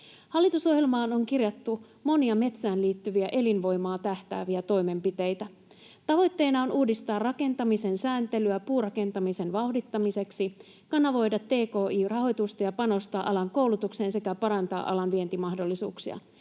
Hallitusohjelmaan on kirjattu monia metsään liittyviä, elinvoimaan tähtääviä toimenpiteitä. Tavoitteena on uudistaa rakentamisen sääntelyä puurakentamisen vauhdittamiseksi, kanavoida tki-rahoitusta ja panostaa alan koulutukseen sekä parantaa alan vientimahdollisuuksia.